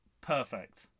perfect